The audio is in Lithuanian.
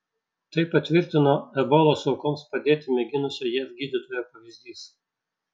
tai patvirtino ebolos aukoms padėti mėginusio jav gydytojo pavyzdys